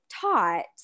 taught